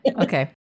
Okay